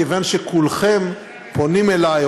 כיוון שכולכם פונים אלי,